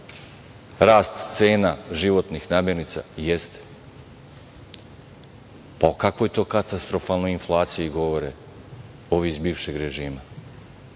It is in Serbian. rast cena životnih namirnica? Jeste. Pa, o kakvoj to katastrofalnoj inflaciji govore ovi iz bivšeg režima? Našli